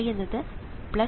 Vi എന്നത് 1